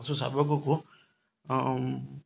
ପଶୁ ଶାବକକୁ